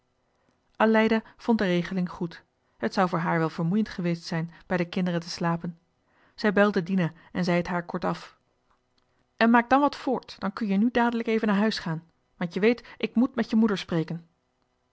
aleida vond de regeling goed het zou voor haar wel vermoeiend geweest zijn bij de kinderen te slapen zij belde dina en zei t haar kortaf en maak dan wat voort dan kun je nu dadelijk even naar huis gaan want je weet ik met met je moeder spreken